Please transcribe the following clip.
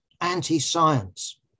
anti-science